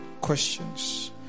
questions